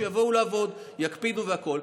שיבואו לעבוד, יקפידו והכול.